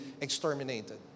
exterminated